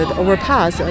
overpass